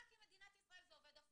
רק במדינת ישראל זה עובד הפוך.